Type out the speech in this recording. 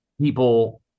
people